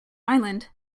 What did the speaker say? island